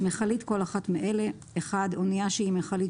"מכלית" כל אחת מאלה: אנייה שהיא מכלית